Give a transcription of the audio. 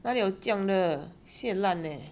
哪里有这样的 su eh 烂 leh